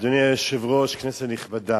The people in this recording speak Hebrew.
אדוני היושב-ראש, כנסת נכבדה,